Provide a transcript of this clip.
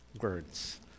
words